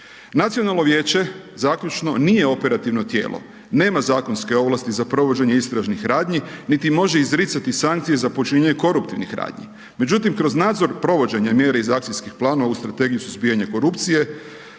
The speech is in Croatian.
Nacionalno vijeće, zaključno, nije operativno tijelo, nema zakonske ovlasti za provođenje istražnih radnji, niti može izricati sankcije za počinjanje koruptivnih radnji. Međutim, kroz nadzor provođenje mjere iz akcijskih planova u strategiju suzbijanja korupcije